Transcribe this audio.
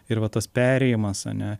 ir va tas perėjimas ar ne